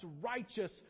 righteous